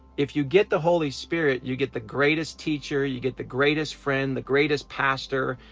if you get the holy spirit, you get the greatest teacher, you get the greatest friend, the greatest pastor,